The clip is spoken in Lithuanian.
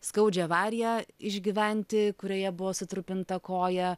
skaudžią avariją išgyventi kurioje buvo sutrupinta koja